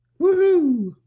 Woohoo